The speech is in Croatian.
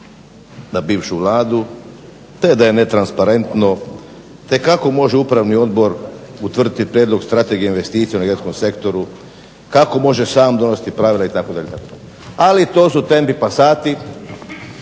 na bivšu Vladu, te da je netransparentno, te kako može upravni odbor utvrditi Prijedlog strategije o investicijama u energetskom sektoru, kako može sam donesti pravila itd., itd. Ali to su …/Ne razumije